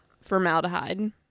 formaldehyde